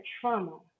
trauma